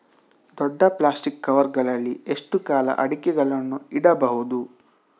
ದೊಡ್ಡ plastic cover ಗಳಲ್ಲಿ ಎಷ್ಟು ಕಾಲ ಅಡಿಕೆಗಳನ್ನು ಇಡಬಹುದು?